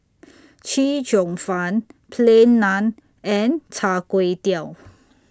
Chee Cheong Fun Plain Naan and Char Kway Teow